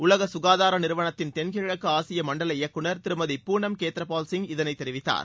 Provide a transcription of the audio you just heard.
உலக குகாதார நிறுவனத்தின் தென்கிழக்கு ஆசியா மண்டல இயக்குநர் திருமதி பூனம் கேத்ரபால் சிங் இதனை தெரிவித்தார்